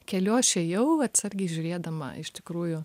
keliu aš ėjau atsargiai žiūrėdama iš tikrųjų